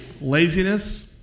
laziness